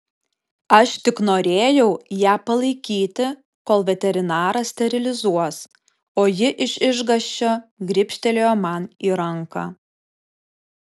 aš tik norėjau ją palaikyti kol veterinaras sterilizuos o ji iš išgąsčio gribštelėjo man į ranką